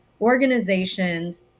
organizations